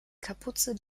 kapuze